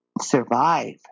survive